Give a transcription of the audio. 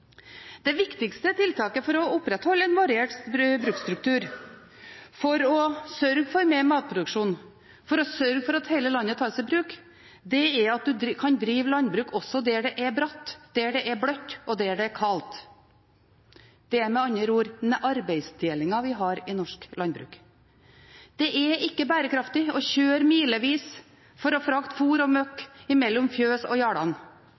Det viktigste tiltaket for å opprettholde en variert bruksstruktur, for å sørge for mer matproduksjon, og for å sørge for at hele landet tas i bruk, er at en kan drive landbruk også der det er bratt, der det er bløtt, og der det er kaldt. Det er med andre ord en arbeidsdeling vi har i norsk landbruk. Det er ikke bærekraftig å kjøre milevis for å frakte fôr og møkk mellom fjøset og